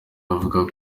avuga